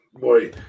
boy